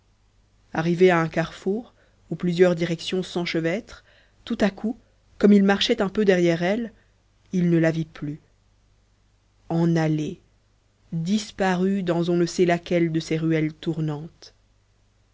arrivé à un carrefour où plusieurs directions s'enchevêtrent tout à coup comme il marchait un peu derrière elle il ne la vit plus en allée disparue dans on ne sait laquelle de ces ruelles tournantes